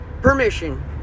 permission